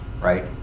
Right